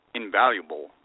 invaluable